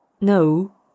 No